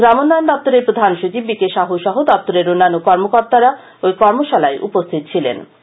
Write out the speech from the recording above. গ্রামোন্নয়ন দপ্তরের প্রধানসচিব বিকেসাহু সহ দপ্তরের অন্যান্য কর্মকর্তারা ঐ কর্মশালায় উপস্থিত ছিলেন কর্মশালায়